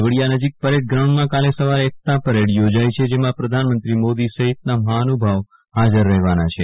કેવડીયા નજીક પરેડ ગ્રાઉન્ડમાં કાલે સવારે એકતા પરેડ યોજાઈ છે જેમાં પ્રધાનમંત્રી મોદી સહિતના મહાનુ ભાવો હાજર રહેવાના છે